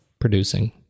producing